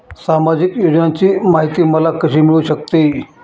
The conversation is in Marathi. सामाजिक योजनांची माहिती मला कशी मिळू शकते?